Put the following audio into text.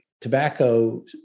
tobacco